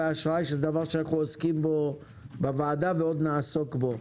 אשראי שזה דבר שאנו עוסקים בו בוועדה ועוד נעסוק בו.